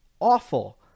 awful